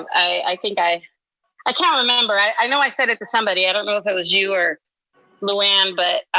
i think i i can't remember. i know i said it to somebody, i don't know if it was you or lou anne, but